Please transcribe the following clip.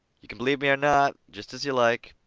you can believe me or not, jest as you like.